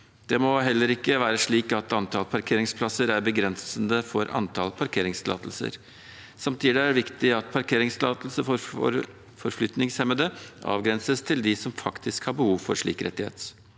Det må heller ikke være slik at antall parkeringsplasser er begrensende for antall parkeringstillatelser. Samtidig er det viktig at parkeringstillatelser for forflytningshemmede avgrenses til dem som faktisk har behov for en slik rettighet.